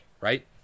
right